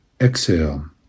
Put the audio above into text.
Exhale